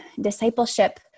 discipleship